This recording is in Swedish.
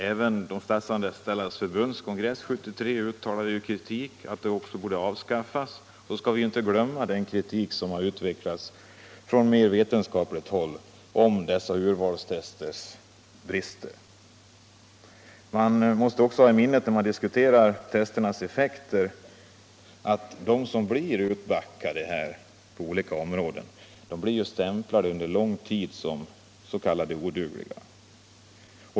Även Statsanställdas förbunds kongress 1973 uttalade i sin kritik att testerna borde avskaffas. Vi skall heller inte glömma den kritik som från mer vetenskapligt håll har utvecklats mot dessa urvalstesters brister. Man måste också när man diskuterar testernas defekter ha i minnet att de som blir utbackade på olika områden för lång tid blir stämplade som ”odugliga”.